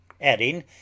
adding